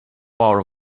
power